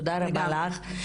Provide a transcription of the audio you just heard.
תודה רבה לך.